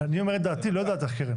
אני אומר את דעתי, לא את דעת אחרים.